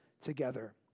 together